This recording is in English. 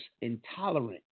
intolerant